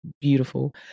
beautiful